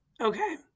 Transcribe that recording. Okay